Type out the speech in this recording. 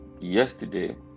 Yesterday